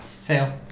Fail